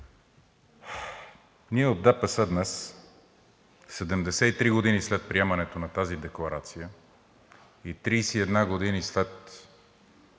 Ние от ДПС днес – 73 години след приемането на тази декларация и 31 години след